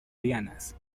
lianas